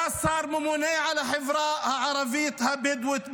היה שר ממונה על החברה הערבית הבדואית בנגב.